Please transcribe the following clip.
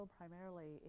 primarily